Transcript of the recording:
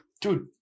dude